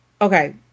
okay